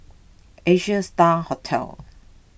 Asia Star Hotel